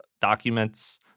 documents